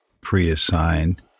pre-assigned